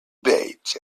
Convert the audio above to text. baked